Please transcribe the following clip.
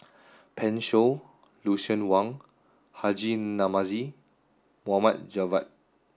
Pan Shou Lucien Wang Haji Namazie Mohd Javad